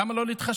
למה לא להתחשב?